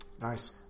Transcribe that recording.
Nice